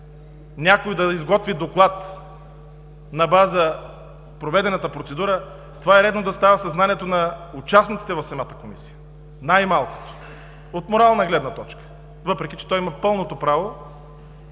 някой да изготви доклад на база на проведената процедура, това е редно да става със знанието на участниците в самата Комисия – най-малкото, от морална гледна точка, въпреки че той има пълното право